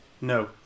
No